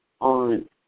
on